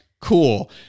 cool